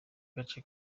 gace